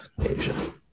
Asia